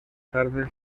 tarde